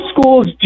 schools